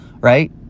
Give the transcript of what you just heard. right